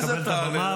לקבל את הבמה,